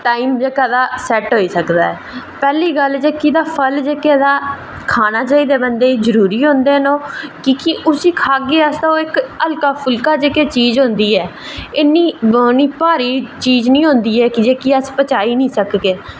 time जेह्का तां set होई सकदा ऐ पैह्ली गल्ल ते फल जेह्के तां खाना चाहिदा बंदे गी जरूरी होंदे न ओह् की के उसी खाह्गे अस तां ओह् इक्क हल्का फुल्का चीज़ होंदी ऐ ते इन्नी भारी चीज़ निं होंदी ऐ जेह्की अस पचाई निं सकदे हैन